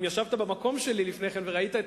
אם ישבת במקום שלי לפני כן וראית,